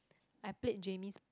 I played Jemmis